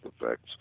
effects